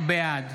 בעד